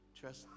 trust